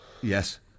Yes